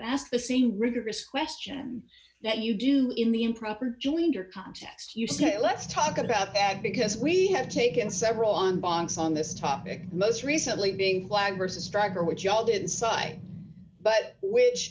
ask the same rigorous question that you do in the improper joinder context you say let's talk about that because we have taken several on box on this topic most recently being flagged versus striker which you all did cite but which